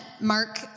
Mark